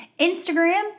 Instagram